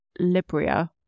Libria